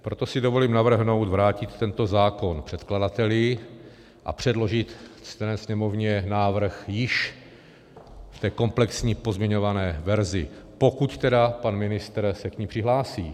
Proto si dovolím navrhnout vrátit tento zákon předkladateli a předložit ctěné Sněmovně již v té komplexní pozměňované verzi, pokud tedy pan ministr se k ní přihlásí.